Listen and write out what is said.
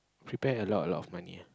prepare a lot a lot of money ah